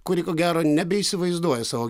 kuri ko gero nebeįsivaizduoja savo